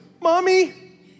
Mommy